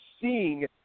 seeing